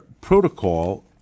protocol